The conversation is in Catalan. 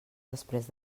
després